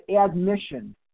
admission